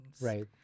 Right